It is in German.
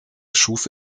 schuf